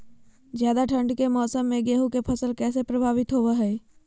ज्यादा ठंड के मौसम में गेहूं के फसल कैसे प्रभावित होबो हय?